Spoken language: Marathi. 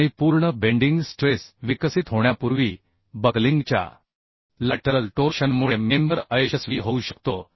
आणि पूर्ण बेंडिंग स्ट्रेस विकसित होण्यापूर्वी बकलिंगच्या लॅटरल टोर्शनमुळे मेंबर अयशस्वी होऊ शकतो